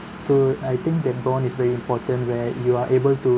so I think that bond is very important where you are able to